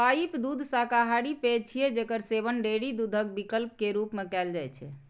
pipe दूध शाकाहारी पेय छियै, जेकर सेवन डेयरी दूधक विकल्प के रूप मे कैल जाइ छै